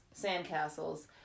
Sandcastles